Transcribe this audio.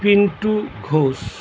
Pintu Ghosh